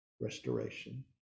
Restoration